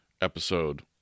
episode